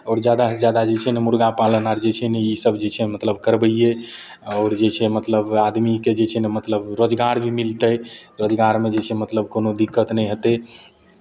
आओर जादासँ जादा जे छै ने मुरगा पालन आर जे छै ने इसभ जे छै मतलब करबैयै आओर जे छै मतलब आदमीकेँ जे छै ने मतलब रोजगार भी मिलतै रोजगारमे जे छै मतलब कोनो दिक्कत नहि हेतै